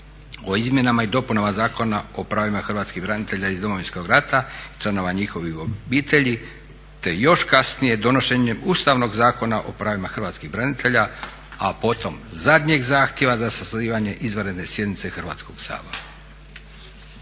o izmjenama i dopunama Zakona o pravima hrvatskih branitelja iz Domovinskog rata i članova njihovih obitelji, te još kasnije donošenjem Ustavnog zakona o pravima hrvatskih branitelja, a potom zadnjeg zahtjeva za sazivanje izvanredne sjednice Hrvatskog sabora.